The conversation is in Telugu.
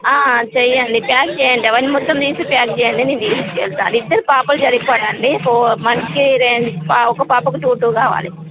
చెయ్యండి ప్యాక్ చేయండి అవన్నీ మొత్తం తీసి ప్యాక్ చేయండి నేను తీస్కెళ్తా ఇద్దరు పాపలు సరిపోరా అండి ఫోర్ మనిషికి రెండు ఒక పాపకు టు టు కావాలి